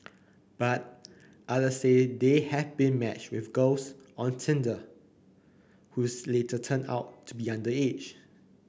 but other say they have been matched with girls on Tinder who's later turned out to be underage